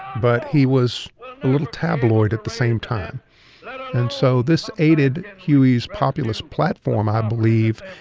but he was a little tabloid at the same time. and so this aided huey's populist platform, i believe,